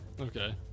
Okay